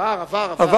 עבר, עבר, עבר.